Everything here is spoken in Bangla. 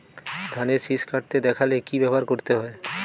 ধানের শিষ কাটতে দেখালে কি ব্যবহার করতে হয়?